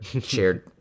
shared